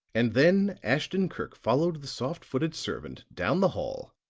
and then ashton-kirk followed the soft-footed servant down the hall,